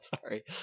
sorry